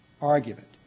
argument